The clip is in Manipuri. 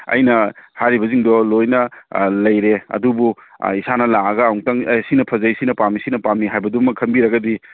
ꯑꯩꯅ ꯍꯥꯏꯔꯤꯕꯁꯤꯡꯗꯣ ꯂꯣꯏꯅ ꯂꯩꯔꯦ ꯑꯗꯨꯕꯨ ꯏꯁꯥꯅ ꯂꯥꯛꯑꯒ ꯑꯝꯇꯪ ꯑꯦ ꯁꯤꯅ ꯐꯖꯩ ꯁꯤꯅ ꯄꯥꯝꯃꯤ ꯁꯤꯅ ꯄꯥꯝꯃꯤ ꯍꯥꯏꯕꯗꯨꯃ ꯈꯟꯕꯤꯔꯒꯗꯤ